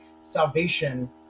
salvation